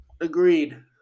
Agreed